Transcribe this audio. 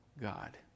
God